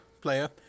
Player